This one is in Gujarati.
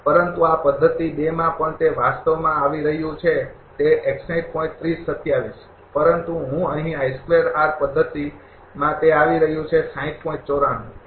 પરંતુ આ પદ્ધતિ માં પણ તે વાસ્તવમાં આવી રહ્યું છે પરંતુ હું અહીં પદ્ધતિ તે આવી રહ્યું છે બરાબર